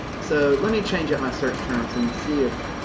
so let me change up my search terms and see if,